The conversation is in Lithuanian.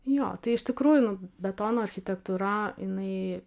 jo tai iš tikrųjų nu betono architektūra inai